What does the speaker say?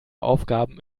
aufgaben